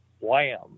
wham